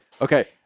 Okay